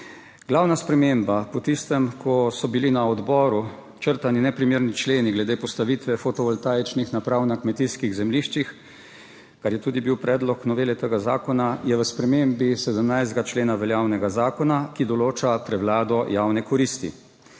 Glavna sprememba po tistem, ko so bili na odboru črtani neprimerni členi glede postavitve fotovoltaičnih naprav na kmetijskih zemljiščih, kar je bil tudi predlog novele tega zakona, je v spremembi 17. člena veljavnega zakona, ki določa prevlado javne koristi.